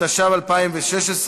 התשע"ו 2016,